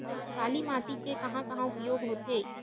काली माटी के कहां कहा उपयोग होथे?